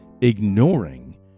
ignoring